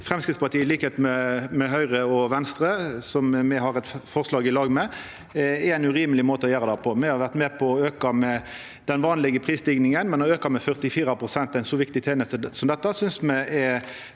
Framstegspartiet, i likskap med Høgre og Venstre, som me har eit forslag i lag med, er ein urimeleg måte å gjera det på. Me har vore med på å auka med den vanlege prisstigninga, men å auka med 44 pst. i ein så viktig teneste som dette synest me er